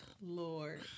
Lord